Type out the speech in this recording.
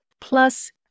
Plus